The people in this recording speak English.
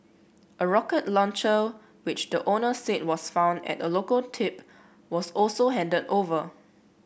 a rocket launcher which the owner said was found at a local tip was also handed over